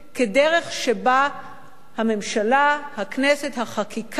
כדרך שבה הממשלה, הכנסת, החקיקה,